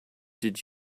did